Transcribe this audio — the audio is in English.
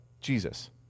Jesus